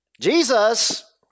Jesus